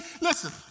listen